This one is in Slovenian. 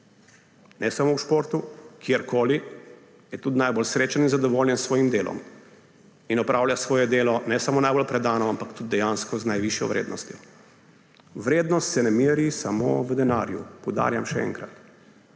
ne samo v športu, kjerkoli, je tudi najbolj srečen in zadovoljen s svojim delom in opravlja svoje delo ne samo najbolj predano, ampak tudi dejansko z najvišjo vrednostjo. Vrednost se ne meri samo v denarju. Poudarjam še enkrat.